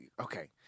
okay